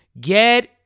get